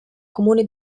comune